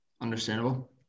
Understandable